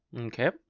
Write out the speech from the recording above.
Okay